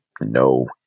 no